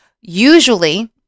usually